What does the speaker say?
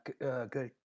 good